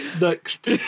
next